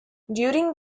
during